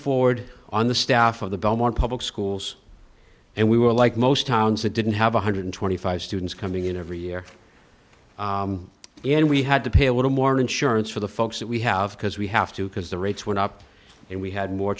forward on the staff of the belmont public schools and we were like most towns that didn't have one hundred twenty five students coming in every year and we had to pay a little more insurance for the folks that we have because we have to because the rates went up and we had more